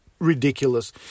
ridiculous